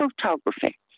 photography